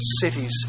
cities